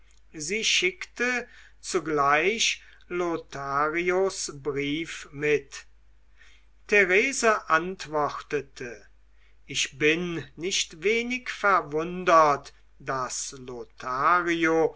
sie schickte zugleich lotharios brief mit therese antwortete ich bin nicht wenig verwundert daß lothario